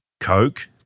Coke